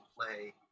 play